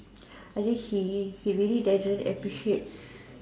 I think he he really doesn't appreciate